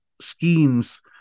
schemes